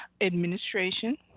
administration